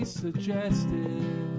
suggested